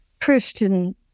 Christian